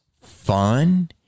fun